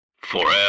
forever